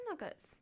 nuggets